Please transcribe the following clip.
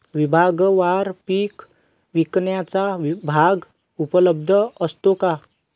विभागवार पीक विकण्याचा भाव उपलब्ध असतो का?